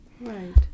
Right